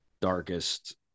darkest